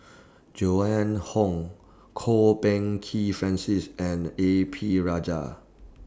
Joan Hon Kwok Peng Kin Francis and A P Rajah